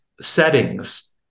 settings